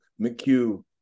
McHugh